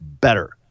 better